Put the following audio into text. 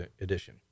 edition